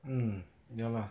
mm ya lah